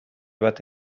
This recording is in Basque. bat